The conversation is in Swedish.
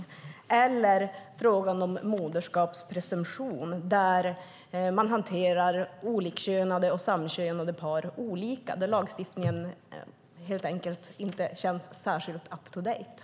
Det gäller även frågan om moderskapspresumtion, där man hanterar olikkönade och samkönade par olika. Lagstiftningen känns helt enkelt inte riktigt up-to-date.